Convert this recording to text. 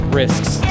risks